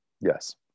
yes